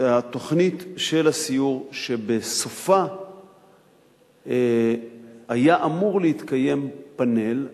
התוכנית של הסיור שבסופה היה אמור להתקיים פאנל,